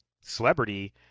celebrity